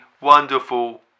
wonderful